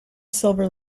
silver